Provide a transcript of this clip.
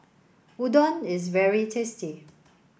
Udon is very tasty